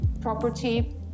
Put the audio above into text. property